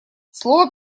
слово